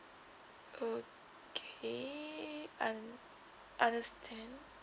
okay un~ understand